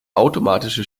automatische